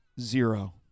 zero